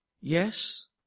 Yes